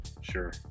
Sure